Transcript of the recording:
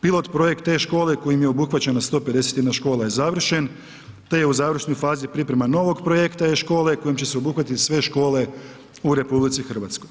Pilot-projekt e-škole kojim je obuhvaćeno 151 škola je završen te je u završnoj fazi pripreme novog projekta e-škole kojim će se obuhvatiti sve škole u RH.